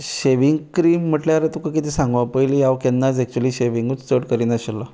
shaving cream म्हटल्यार तुका कितें सांगूं पयलीं हांव केन्ना एक्च्युअली शेविंगूच चड करिनाशिल्लो